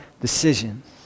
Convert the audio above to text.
decisions